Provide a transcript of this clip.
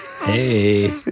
Hey